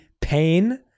pain